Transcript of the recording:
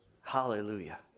Hallelujah